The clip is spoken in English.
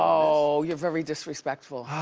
oh, you're very disrespectful.